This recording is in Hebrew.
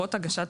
לרבות הגשת